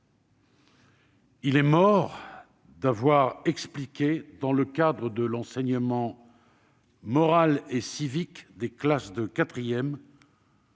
Il est mort d'avoir expliqué dans le cadre de l'enseignement moral et civique des classes de quatrième